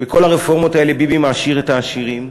בכל הרפורמות האלה ביבי מעשיר את העשירים.